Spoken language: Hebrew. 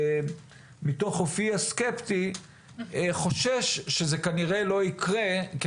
מתוך אופיי הסקפטי אני חושש שזה כנראה לא יקרה כי